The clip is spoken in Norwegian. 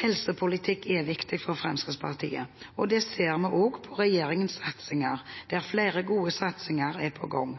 Helsepolitikk er viktig for Fremskrittspartiet. Det ser vi også på regjeringens satsinger, der flere gode satsinger er på gang.